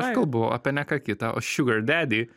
aš kalbu apie ne ką kitą o sugar dady